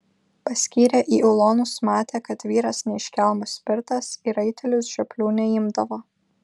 paskyrė į ulonus matė kad vyras ne iš kelmo spirtas į raitelius žioplių neimdavo